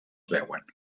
veuen